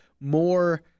more